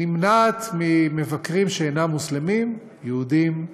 נמנעת ממבקרים שאינם מוסלמים, יהודים,